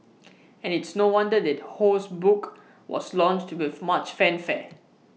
and it's no wonder that Ho's book was launched with much fanfare